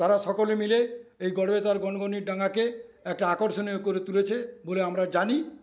তারা সকলে মিলে এই গড়বেতার গনগনিরডাঙ্গাকে একটা আকর্ষণীয় করে তুলেছে বলে আমরা জানি